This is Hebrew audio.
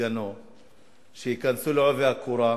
ומסגנו שייכנסו בעובי הקורה,